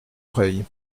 oreille